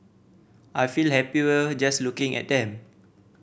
I feel happier just looking at them